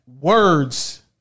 words